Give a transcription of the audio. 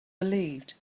believed